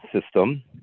system